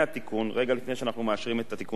רגע לפני שאנחנו מאשרים את התיקון בחוק,